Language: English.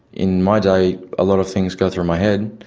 in my day a lot of things go through my head,